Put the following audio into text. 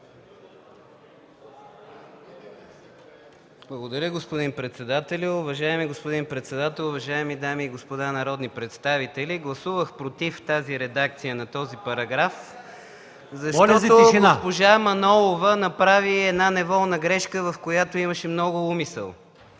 Благодаря, господин председател. Уважаеми господин председател, уважаеми дами и господа народни представители! Гласувах против редакцията на този параграф, защото госпожа Манолова направи една неволна грешка, в която имаше много умисъл.